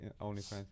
OnlyFans